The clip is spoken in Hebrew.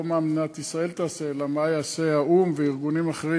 לא מה מדינת ישראל תעשה אלא מה יעשו האו"ם וארגונים אחרים,